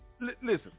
Listen